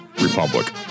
republic